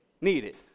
needed